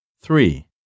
Three